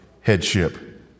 headship